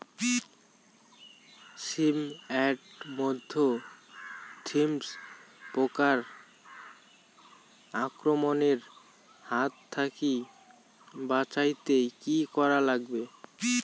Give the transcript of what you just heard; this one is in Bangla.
শিম এট মধ্যে থ্রিপ্স পোকার আক্রমণের হাত থাকি বাঁচাইতে কি করা লাগে?